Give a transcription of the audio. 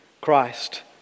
Christ